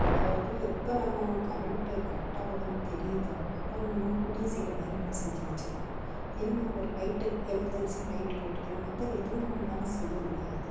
அதாவது எப்போ நம்ம கரண்ட்டு கட்டாகுதுன்னு தெரியுதோ அப்போ நம்ம முன்கூட்டியே சில வேலைகள் செஞ்சு வச்சுருக்கோம் என்ன ஒரு நைட்டு எமர்ஜென்சியா லைட் போட்டுக்கலாம் மற்றது எதுவுமே நம்மளால் செய்ய முடியாது